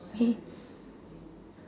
okay